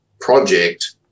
project